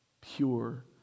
pure